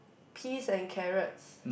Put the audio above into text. peas and carrots